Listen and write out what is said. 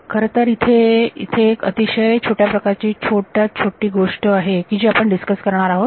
खरंतर इथे इथे एक अतिशय छोट्या प्रकारची छोटी गोष्ट आहे की जी आपण डिस्कस करणार आहोत